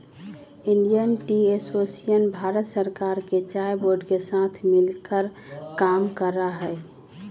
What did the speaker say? Indian tea association भारत सरकार के चाय बोर्ड के साथ मिलकर काम करा हई